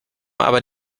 aber